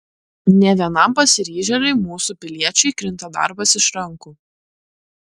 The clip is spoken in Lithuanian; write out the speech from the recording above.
ne vienam pasiryžėliui mūsų piliečiui krinta darbas iš rankų